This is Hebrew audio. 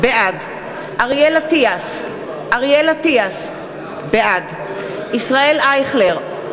בעד אריאל אטיאס, בעד ישראל אייכלר,